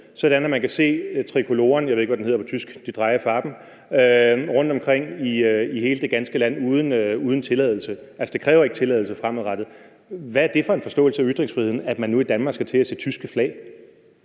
på tysk, die drei Farben? – rundtomkring i hele det ganske land uden tilladelse. Altså, det kræver ikke tilladelse fremadrettet. Hvad er det for en forståelse af ytringsfriheden, at man nu i Danmark skal til at se tyske flag?